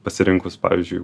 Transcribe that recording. pasirinkus pavyzdžiui